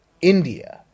India